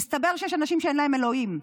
מסתבר שיש אנשים שאין להם אלוהים,